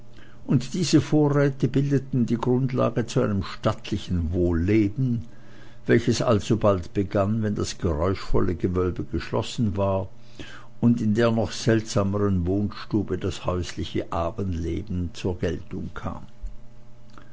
und diese vorräte bildeten die grundlage zu einem stattlichen wohlleben welches alsobald begann wenn das geräuschvolle gewölbe geschlossen war und in der noch seltsameren wohnstube das häusliche abendleben zur geltung kam